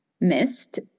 missed